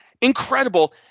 incredible